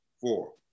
Four